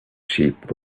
sheep